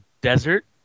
desert